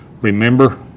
remember